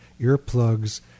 earplugs